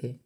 थन।